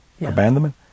abandonment